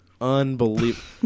Unbelievable